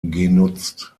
genutzt